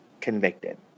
convicted